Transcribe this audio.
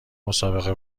مسابقه